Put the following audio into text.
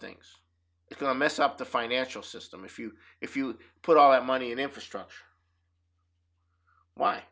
things it's going to mess up the financial system if you if you put all that money in infrastructure why